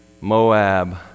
Moab